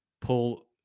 pull